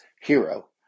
hero